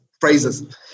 phrases